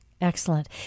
Excellent